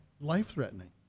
life-threatening